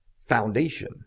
foundation